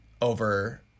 over